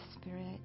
Spirit